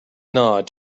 nod